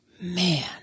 Man